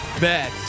bet